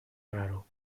raro